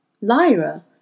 Lyra